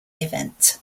event